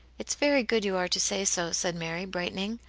it's very good you are to say so, said mary, brightening.